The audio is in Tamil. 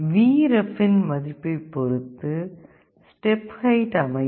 Vref இன் மதிப்பை பொருத்து ஸ்டெப் ஹைட் அமையும்